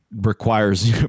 requires